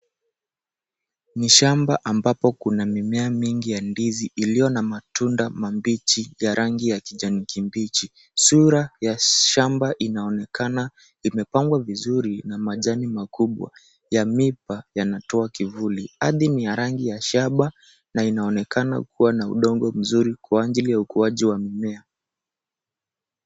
Ni shamba ambapo kuna mimea mingi ya ndizi iliyo na matunda mabichi ya rangi ya kijani kibichi. Sura ya shamba inaonekana imepangwa vizuri na majani makubwa ya miba yanatoa kivuli. Ardhi ni ya rangi ya shaba na inaonekana kuwa na udongo mzuri kwa ajili ya ukuaji wa mimea.